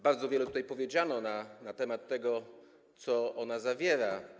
Bardzo wiele tutaj powiedziano na temat tego, co ona zawiera.